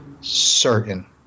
certain